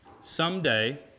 Someday